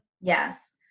Yes